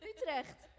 Utrecht